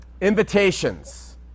invitations